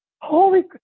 Holy